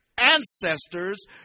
ancestors